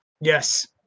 Yes